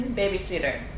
babysitter